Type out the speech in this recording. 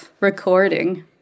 recording